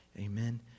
Amen